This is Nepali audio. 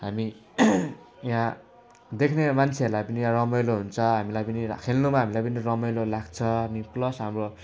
हामी यहाँ देख्ने मान्छेहरूलाई पनि रमाइलो हुन्छ हामीलाई पनि र खेल्नेमा हामीलाई पनि रमाइलो लाग्छ अनि प्लस हाम्रो